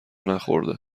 نخورده